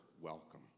welcome